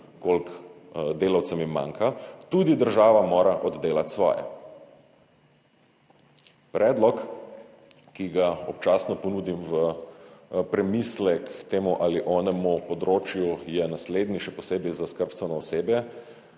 koliko delavcem jim manjka, tudi država mora oddelati svoje. Predlog, ki ga občasno ponudim v premislek temu ali onemu področju, je naslednji, še posebej za skrbstveno osebje.